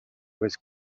was